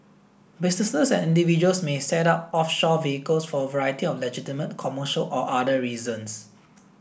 businesses and individuals may set up offshore vehicles for a variety of legitimate commercial or other reasons